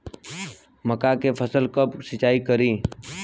मका के फ़सल कब सिंचाई करी?